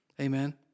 Amen